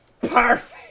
Perfect